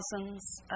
thousands